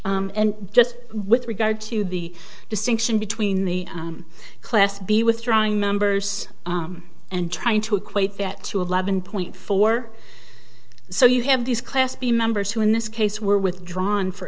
agreement and just with regard to the distinction between the class b withdrawing members and trying to equate that to eleven point four so you have these class b members who in this case were withdrawn for